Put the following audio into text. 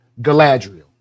Galadriel